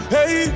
Hey